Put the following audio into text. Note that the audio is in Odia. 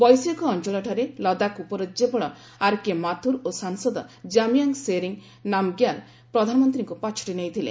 ବୈଷୟିକ ଅଞ୍ଚଳଠାରେ ଲଦାଖ୍ ଉପରାଜ୍ୟପାଳ ଆର୍କେ ମାଥୁର୍ ଓ ସାଂସଦ କାମିୟାଙ୍ଗ୍ ସେରିଙ୍ଗ୍ ନାମ୍ଗ୍ୟାଲ୍ ପ୍ରଧାନମନ୍ତ୍ରୀଙ୍କୁ ପାଛୋଟି ନେଇଥିଲେ